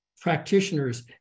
practitioners